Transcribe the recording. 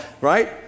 right